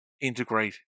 integrate